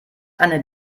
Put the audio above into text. eine